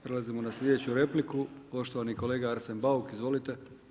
Prelazimo na sljedeću repliku poštovani kolega Arsen Bauk, izvolite.